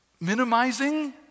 minimizing